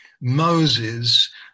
Moses